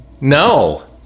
No